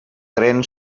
tren